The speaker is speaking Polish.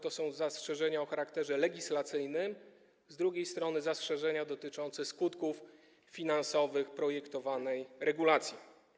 To są zastrzeżenia o charakterze legislacyjnym, a z drugiej strony zastrzeżenia dotyczące skutków finansowych projektowanej regulacji.